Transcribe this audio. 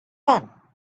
fun